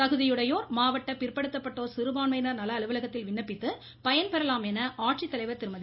தகுதியுடையோர் மாவட்ட பிற்படுத்தப்பட்டோர் சிறுபான்மையினர் நல அலுவலகத்தில் விண்ணப்பித்து பயன்பெறலாம் என ஆட்சித்தலைவர் திருமதி